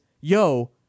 yo